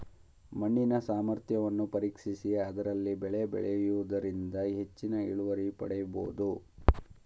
ಮಣ್ಣಿನ ಸಾಮರ್ಥ್ಯವನ್ನು ಪರೀಕ್ಷಿಸಿ ಅದರಲ್ಲಿ ಬೆಳೆ ಬೆಳೆಯೂದರಿಂದ ಹೆಚ್ಚಿನ ಇಳುವರಿ ಪಡೆಯಬೋದು